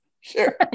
Sure